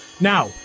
Now